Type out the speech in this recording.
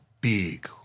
big